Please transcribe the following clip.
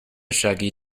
shaggy